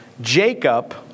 Jacob